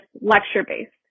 lecture-based